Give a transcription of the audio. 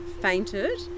fainted